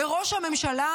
על ראש הממשלה,